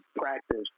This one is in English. practice